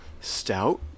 stout